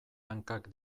hankak